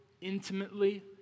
intimately